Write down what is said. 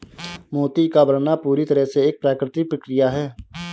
मोती का बनना पूरी तरह से एक प्राकृतिक प्रकिया है